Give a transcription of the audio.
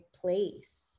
place